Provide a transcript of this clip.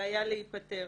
לבעיה להיפתר,